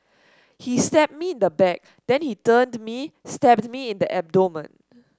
he stabbed me in the back then he turned me stabbed me in the abdomen